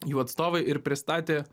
jų atstovai ir pristatė